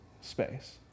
space